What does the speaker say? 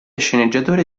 sceneggiatore